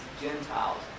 Gentiles